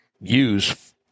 use